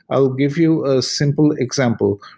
i will give you a simple example.